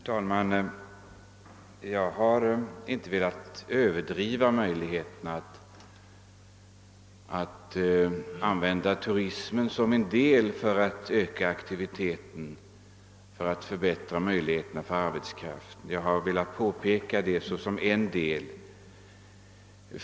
Herr talman! Jag har inte velat överdriva möjligheterna att ta vara på turismen för att öka aktiviteten och förbättra sysselsättningsmöjligheterna; jag har bara pekat på turismen som en av de faktorer som kan ha betydelse därvidlag.